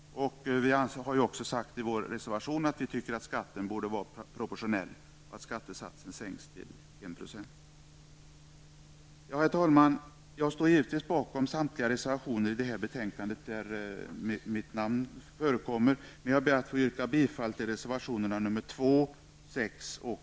Vi har ju också sagt i vår reservation att vi tycker att skatten borde vara proportionell och att skattesatsen borde sänkas till 1 %. Herr talman! Jag står givetvis bakom samtliga reservationer i detta betänkande där mitt namn förekommer, men jag ber att få yrka bifall till reservationerna nr 2, 6 och 9.